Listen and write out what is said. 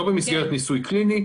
לא במסגרת ניסוי קליני,